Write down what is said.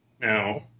now